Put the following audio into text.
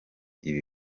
ibi